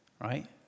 right